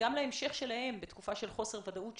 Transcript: להמשך שלהם בתקופה של חוסר ודאות,